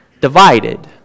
divided